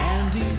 Andy